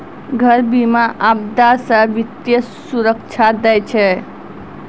घर बीमा, आपदा से वित्तीय सुरक्षा दै छै